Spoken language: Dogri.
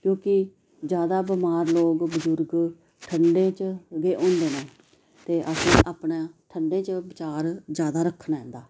ते फ्ही जैदा बमार लोग बुजुर्ग ठंडें च गे हुंदे न ते असें अपना ठंडें च ख्याल जैदा रखना इं'दा